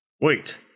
Wait